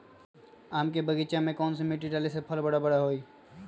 आम के बगीचा में कौन मिट्टी डाले से फल बारा बारा होई?